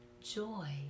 joy